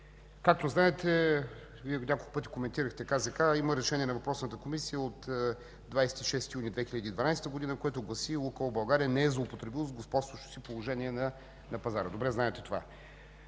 мен действия. Вие няколко пъти коментирахте КЗК. Има решение на въпросната Комисия от 26 юни 2012 г., което гласи: „Лукойл” – България не е злоупотребило с господстващото си положение на пазара”. Добре знаете това.